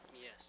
Yes